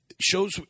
Shows